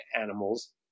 Animals